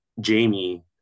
Jamie